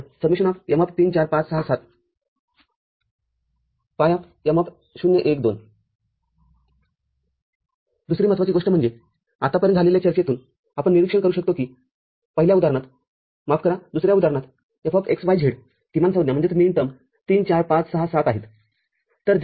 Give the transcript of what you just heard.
x z ∑ m३४५६७ ∏ M०१२ दुसरी महत्त्वाची गोष्ट म्हणजे आतापर्यंत झालेल्या चर्चेतून आपण निरीक्षण करू शकतो कि पहिल्या उदाहरणातमाफ करादुसऱ्या उदाहरणात Fx y z किमान संज्ञा ३ ४ ५६७ आहेत